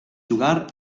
jugar